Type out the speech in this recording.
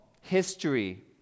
history